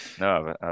no